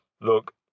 look